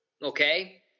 Okay